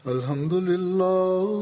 Alhamdulillah